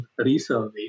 resurvey